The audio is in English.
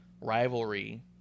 rivalry